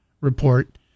report